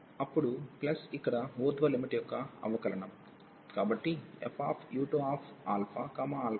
అప్పుడు ప్లస్ ఇక్కడ ఊర్ధ్వ లిమిట్ యొక్క అవకలనం కాబట్టి fu2ααdu2d